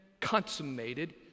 consummated